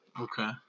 Okay